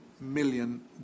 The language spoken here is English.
million